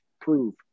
prove